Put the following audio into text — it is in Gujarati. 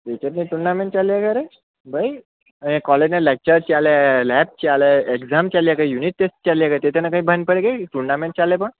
ક્રિકેટની ટુર્નામેન્ટ ચાલે ઘરે ભઈ અહીં કોલેજના લેક્ચર ચાલે લેબ ચાલે એક્જામ ચાલે યુનિટ ટેસ્ટ ચાલે તે તેને કઈ ભાન પડે કે ની ટૂર્નામેન્ટ ચાલે પણ